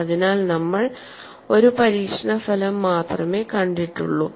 അതിനാൽ നമ്മൾ ഒരു പരീക്ഷണ ഫലം മാത്രമേ കണ്ടിട്ടുള്ളൂ